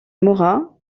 mora